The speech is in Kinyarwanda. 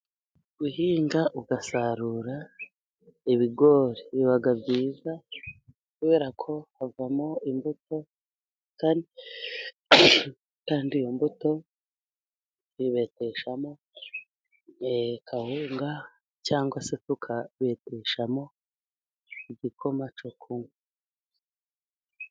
Guhinga ugasarura ibigori biba byiza, kubera ko havamo imbuto kandi iyo mbuto bayibeteshamo kawunga cyangwa se tukabeteshamo igikoma cyo kunywa.